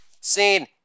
Scene